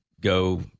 go